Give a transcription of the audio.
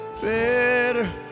better